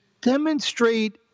demonstrate